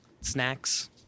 snacks